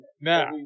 Now